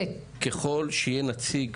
ככול שיהיה נציג